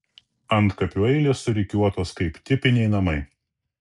antkapių eilės surikiuotos kaip tipiniai namai